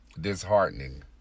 disheartening